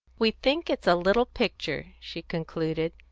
we think it's a little picture, she concluded,